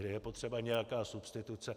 Je potřeba nějaká substituce.